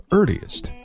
earliest